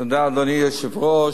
תודה, אדוני היושב-ראש.